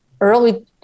early